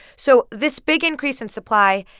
so this big increase in supply,